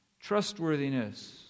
Trustworthiness